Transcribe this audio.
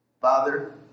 Father